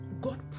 God